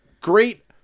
great